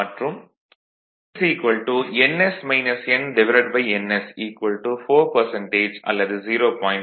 மற்றும் sns nns 4 அல்லது 0